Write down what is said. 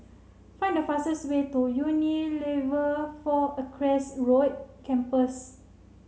find the fastest way to Unilever Four Acres Campus